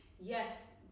yes